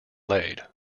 laid